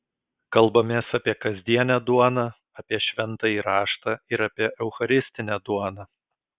kalbamės apie kasdienę duoną apie šventąjį raštą ir apie eucharistinę duoną